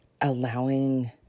allowing